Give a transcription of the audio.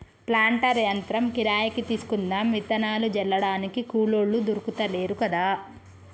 planter యంత్రం కిరాయికి తీసుకుందాం విత్తనాలు జల్లడానికి కూలోళ్లు దొర్కుతలేరు కదా